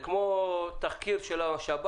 אתם יודעים מה ההשלכות של זה?